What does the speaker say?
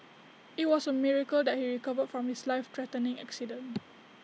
IT was A miracle that he recovered from his life threatening accident